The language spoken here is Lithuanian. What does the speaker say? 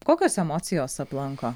kokios emocijos aplanko